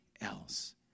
else